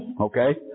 Okay